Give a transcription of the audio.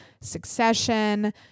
succession